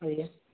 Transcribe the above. ଆଜ୍ଞା